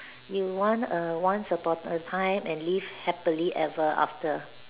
you want a once upon a time and live happily ever after